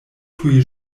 tuj